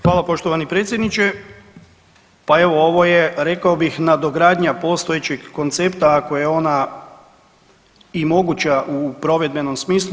Hvala poštovani predsjedniče, pa evo ovo je, rekao bih, nadogradnja postojećeg koncepta, ako je ona i moguća u provedbenom smislu.